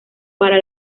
para